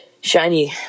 Shiny